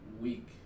week